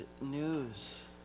news